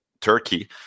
Turkey